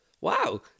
Wow